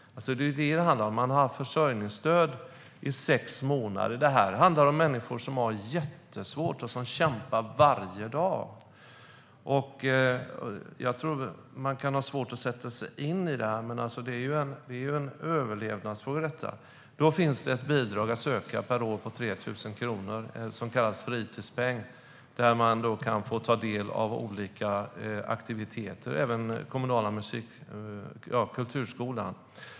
Familjerna har haft försörjningsstöd i sex månader. Det handlar om människor som har haft det jättesvårt och som kämpar varje dag. Man kan ha svårt att sätta sig in i det. Men det är en överlevnadsfråga. Då finns det ett bidrag att söka per år på 3 000 kronor som kallas fritidspeng. Där kan man få ta del av olika aktiviteter och även kulturskolan.